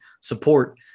support